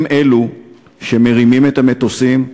הם שמרימים את המטוסים,